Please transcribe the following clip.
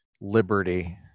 liberty